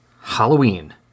Halloween